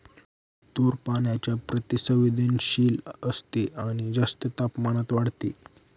तूर पाण्याच्या प्रति संवेदनशील असते आणि जास्त तापमानात वाढते